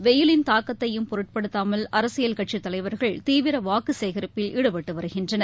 வெயிலின் தாக்கத்தையும் பொருட்படுத்தாமல் அரசியல் கட்சித் தலைவர்கள் தீவிர வாக்கு சேகரிப்பில் ஈடுபட்டு வருகின்றனர்